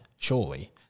Surely